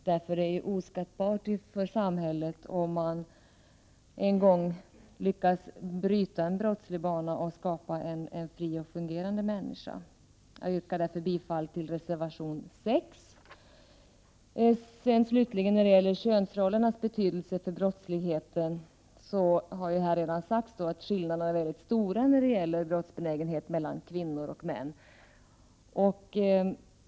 Det är oskattbart för samhället om man lyckas bryta en brottslig bana och skapa en fri och fungerande människa. Jag yrkar därför bifall till reservation 6. När det gäller könsrollernas betydelse för brottsligheten har här redan sagts att skillnaderna mellan kvinnor och män är stora när det gäller brottsbenägenhet.